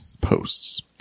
posts